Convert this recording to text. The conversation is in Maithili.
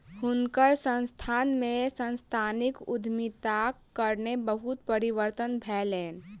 हुनकर संस्थान में सांस्थानिक उद्यमिताक कारणेँ बहुत परिवर्तन भेलैन